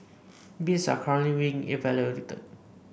bids are currently being evaluated